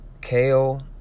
kale